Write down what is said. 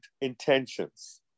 intentions